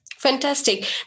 Fantastic